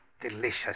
Delicious